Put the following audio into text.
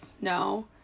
No